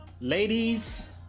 Ladies